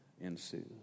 ensues